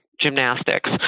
gymnastics